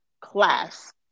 class